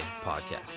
podcast